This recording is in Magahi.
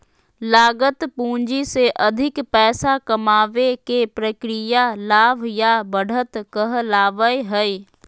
लागत पूंजी से अधिक पैसा कमाबे के प्रक्रिया लाभ या बढ़त कहलावय हय